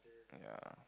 ya